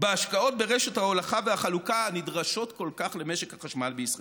בהשקעות ברשת ההולכה והחלוקה הנדרשות כל כך למשק החשמל בישראל.